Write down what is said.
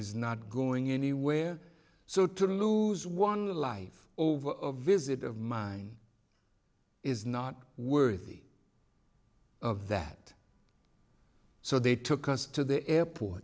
is not going anywhere so to lose one life over the visit of mine is not worthy of that so they took us to the airport